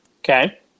Okay